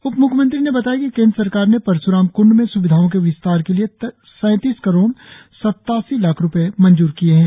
उपम्ख्यमंत्री ने बताया कि केंद्र सरकार ने परशुराम कुंड में सुविधाओं के विस्तार के लिए सैतीस करोड़ सत्तासी लाख रुपये मंज्र किए है